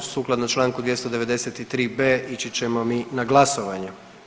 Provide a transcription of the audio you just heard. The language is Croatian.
Sukladno članku 293b. ići ćemo mi na glasovanje.